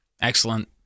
Excellent